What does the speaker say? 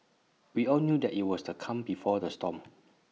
we all knew that IT was the calm before the storm